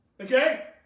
Okay